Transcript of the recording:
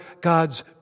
God's